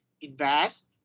invest